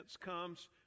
comes